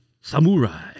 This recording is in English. samurai